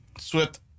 swift